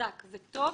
חזק וטוב,